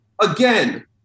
again